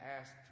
asked